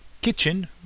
Kitchen